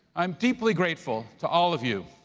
i'm deeply grateful to all of you,